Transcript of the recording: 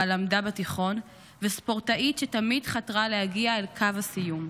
למדה בתיכון וספורטאית שתמיד חתרה להגיע לקו הסיום.